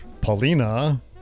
Paulina